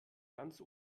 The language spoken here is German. ganz